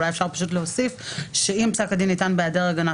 אולי אפשר פשוט להוסיף שאם פסק הדין ניתן בהיעדר הגנה,